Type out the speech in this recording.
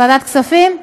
ועדת כספים.